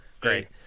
Great